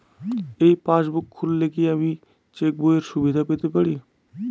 এই পাসবুক খুললে কি আমি চেকবইয়ের সুবিধা পেতে পারি?